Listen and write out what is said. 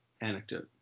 anecdote